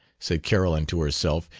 said carolyn to herself,